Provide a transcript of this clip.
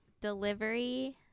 delivery